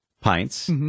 pints